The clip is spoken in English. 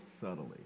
subtly